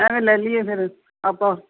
ਐਵੇਂ ਲੈ ਲਈਏ ਫਿਰ ਆਪਾਂ